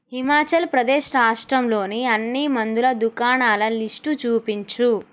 హిమాచల్ ప్రదేశ్ రాష్ట్రంలోని అన్ని మందుల దుకాణాల లిస్టు చూపించు